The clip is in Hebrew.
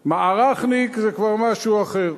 "מערכניק" זה כבר משהו אחר.